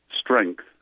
strength